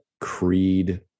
Creed